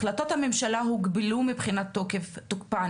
החלטות הממשלה הוגבלו מבחינת תוקפן,